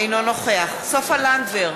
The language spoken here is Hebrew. אינו נוכח סופה לנדבר,